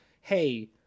hey